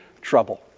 trouble